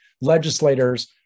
legislators